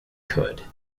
could